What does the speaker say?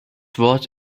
wort